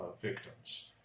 victims